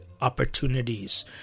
opportunities